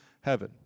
heaven